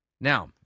Now